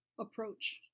Approach